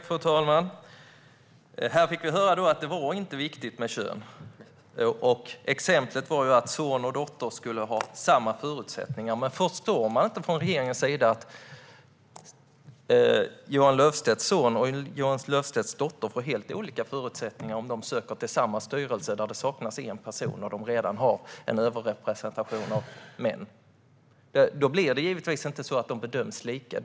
Fru talman! Här fick vi höra att det inte är viktigt med kön. Exemplet var att son och dotter skulle ha samma förutsättningar. Men förstår man inte från regeringens sida att Johan Löfstrands son och Johan Löfstrands dotter får helt olika förutsättningar om de söker till samma styrelse där det saknas en person och där man redan har en överrepresentation av män? Då bedöms de givetvis inte lika.